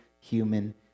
human